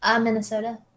Minnesota